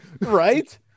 right